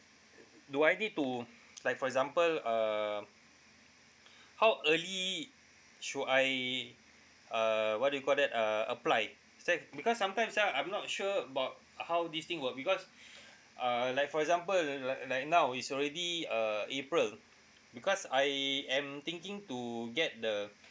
do I need to like for example uh how early should I uh what do you call that uh apply is that because sometimes ah I'm not sure about how this thing work because uh like for example like like now is already uh april because I am thinking to get the